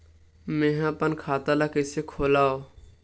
मेंहा अपन बचत खाता कइसे खोलव?